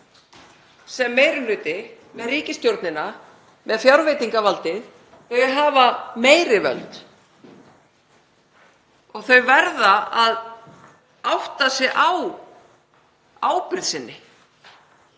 sem meiri hluti, með ríkisstjórnina, með fjárveitingavaldið hafa meiri völd. Þau verða að átta sig á ábyrgð sinni.